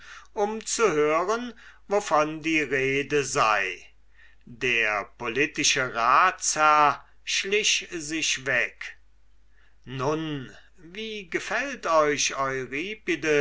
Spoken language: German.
um zu hören wovon die rede sei der politische ratsherr schlich sich weg nun wie gefällt euch